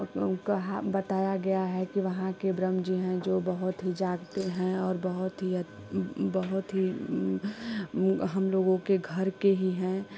उसमें कहा बताया गया है कि वहाँ के ब्रह्म जी हैं जो बहुत ही जागते हैं और बहुत ही बहुत ही हम लोगों के घर के ही हैं